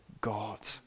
God